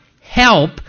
help